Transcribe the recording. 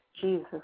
Jesus